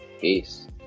Peace